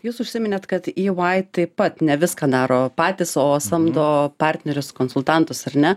jūs užsiminėt kad ey taip pat ne viską daro patys o samdo partnerius konsultantus ar ne